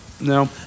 No